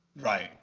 Right